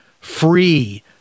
free